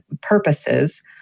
purposes